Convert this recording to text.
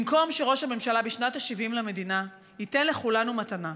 במקום שראש הממשלה בשנת ה-70 למדינה ייתן לכולנו מתנה,